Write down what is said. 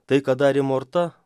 tai ką darė morta